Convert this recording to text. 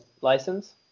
license